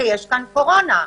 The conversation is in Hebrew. כאן קורונה.